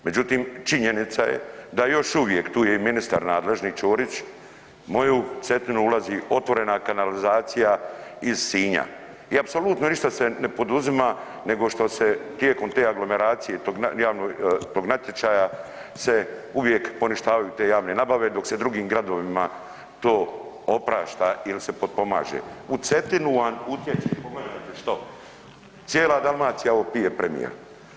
Međutim činjenica je da još uvijek tu je i ministar nadležni Ćorić, u moju Cetinu ulazi otvorena kanalizacija iz Sinja i apsolutno ništa se ne poduzima nego što se tijekom te aglomeracije i tog natječaja se uvijek poništavaju te javne nabave dok se drugim gradovima to oprašta ili im se potpomaže, u Cetinu vam utječe, pogledajte što, cijela Dalmacija ovo pije, premijeru.